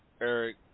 Eric